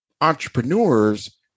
entrepreneurs